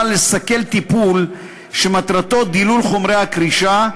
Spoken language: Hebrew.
לסכל טיפול שמטרתו דילול חומרי הקרישה,